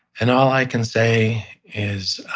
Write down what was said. and all i can say is,